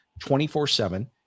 24-7